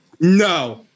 No